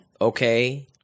okay